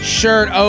shirt